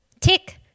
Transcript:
Tick